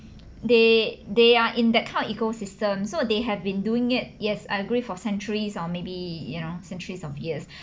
they they are in that kind of ecosystem so they have been doing it yes I agree for centuries or maybe you know centuries of years